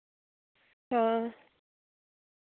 हां